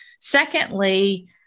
Secondly